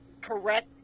correct